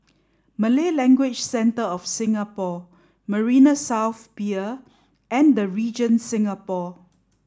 Malay Language Centre of Singapore Marina South Pier and The Regent Singapore